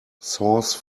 sauce